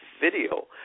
video